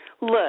look